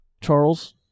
Charles